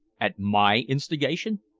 at my instigation?